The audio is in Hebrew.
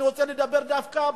אני רוצה לדבר דווקא,